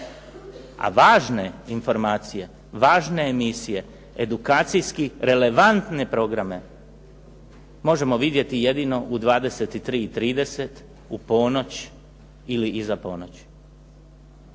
a važne informacije, važne emisije edukacijski relevantne programe možemo vidjeti jedino u 23:30, u ponoć ili iza ponoći.